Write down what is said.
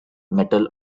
metal